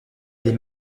des